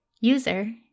User